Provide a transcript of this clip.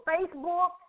Facebook